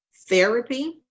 therapy